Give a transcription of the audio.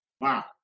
wow